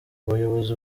abayobozi